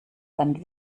dann